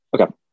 Okay